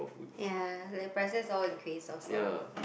ya the prices all increase also